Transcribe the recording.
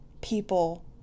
people